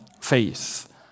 faith